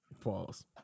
Pause